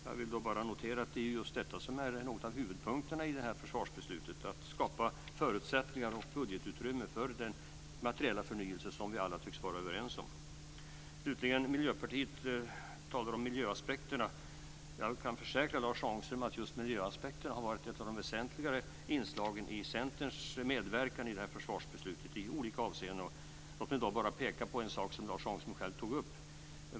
Jag vill bara notera att en av huvudpunkterna i det här försvarsbeslutet just är att man ska skapa förutsättningar och budgetutrymme för den materiella förnyelse som vi alla tycks vara överens om. Slutligen talar Miljöpartiet om miljöaspekterna. Jag kan försäkra Lars Ångström om att just miljöaspekterna har varit ett av de väsentligare inslagen i Centerns medverkan i det här försvarsbeslutet i olika avseenden. Låt mig bara peka på en sak som Lars Ångström själv tog upp.